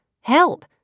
help